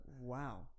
Wow